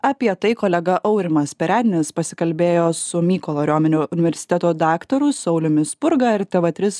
apie tai kolega aurimas perednis pasikalbėjo su mykolo riomerio universiteto daktaru sauliumi spurga ir tv trys